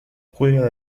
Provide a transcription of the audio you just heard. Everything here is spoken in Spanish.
juega